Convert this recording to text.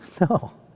No